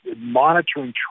Monitoring